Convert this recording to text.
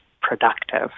productive